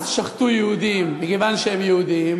אז שחטו יהודים מכיוון שהם יהודים,